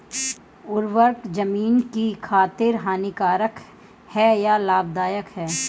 उर्वरक ज़मीन की खातिर हानिकारक है या लाभदायक है?